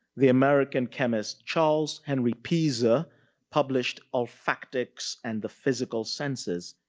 the american chemist charles henry piesse ah published olfactics and the physical senses.